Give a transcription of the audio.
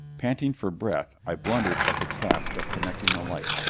panting for breath i blundered at the task of connecting the light.